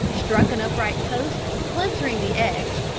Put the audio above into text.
struck an upright post, splintering the edge,